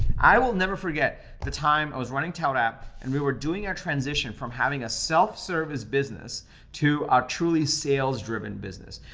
i will never forget the time i was running toutapp and we were doing our transition from having a self-service business to a truly sales driven business.